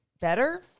better